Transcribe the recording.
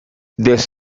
this